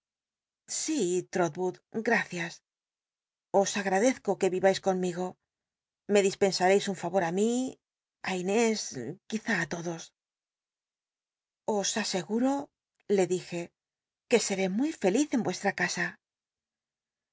trotwood gracias os agradezco ais conmigo me dispensareis un favor ti mí i inés quizás á lodos os aseguro le dije que seré muy feliz en vuestra casa